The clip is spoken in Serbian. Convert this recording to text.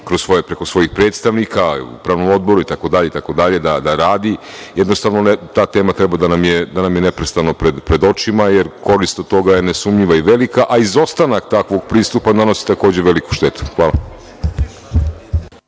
preko svojih predstavnika, upravnom odboru itd, da radi. Jednostavno, ta tema treba da nam je neprestano pred očima, jer korist od toga je nesumnjiva i velika, a izostanak takvog pristupa donosi takođe veliku štetu. Hvala.